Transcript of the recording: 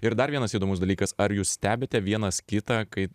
ir dar vienas įdomus dalykas ar jūs stebite vienas kitą kai